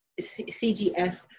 CGF